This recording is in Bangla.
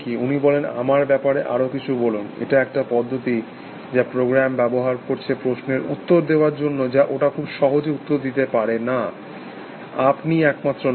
উনি বলেন আপনার ব্যাপারে আরো কিছু বলুন এটা একটা পদ্ধতি যা প্রোগ্রাম ব্যবহার করছে প্রশ্নের উত্তর দেওয়ার জন্য যা ওটা খুব সহজে উত্তর দিতে পারে না আপনি একমাত্র নন